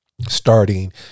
starting